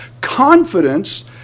confidence